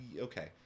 okay